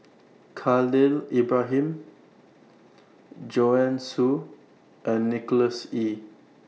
Khalil Ibrahim Joanne Soo and Nicholas Ee